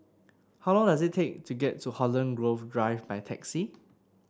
how long does it take to get to Holland Grove Drive by taxi